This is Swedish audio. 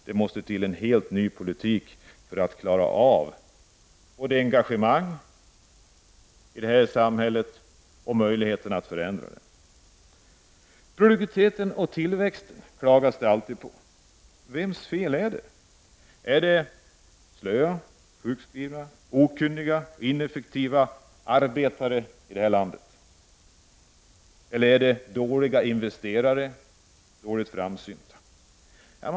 Det måste till en helt annan politik för att skapa ett engagemang i vårt samhälle och möjligheter att förändra det. Det klagas alltid på produktiviteten och tillväxten. Vems fel är det att det brister i dessa avseenden? Har vi slöa, sjukskrivna, okunniga, ineffektiva arbetare i vårt land? Eller har vi investerare som inte är framsynta nog?